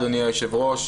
אדוני היו"ר,